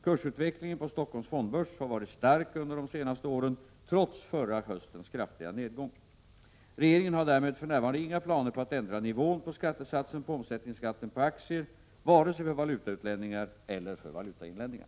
Kursutvecklingen på Stockholms fondbörs har varit stark under de senaste åren trots förra höstens kraftiga nedgång. Regeringen har därmed för närvarande inga planer på att ändra nivån på skattesatsen på omsättningsskatten på aktier vare sig för valutautlänningar eller för valutainlänningar.